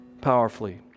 powerfully